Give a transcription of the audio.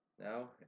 Now